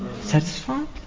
satisfied